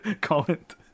Comment